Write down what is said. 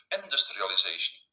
industrialization